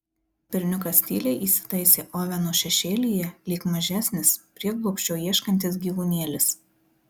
berniukas tyliai įsitaisė oveno šešėlyje lyg mažesnis prieglobsčio ieškantis gyvūnėlis